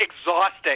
exhausting